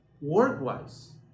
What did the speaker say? work-wise